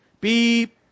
Beep